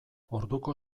orduko